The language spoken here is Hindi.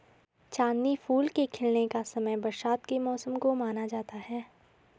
चांदनी फूल के खिलने का समय बरसात के मौसम को माना जाता है